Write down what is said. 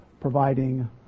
providing